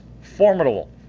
formidable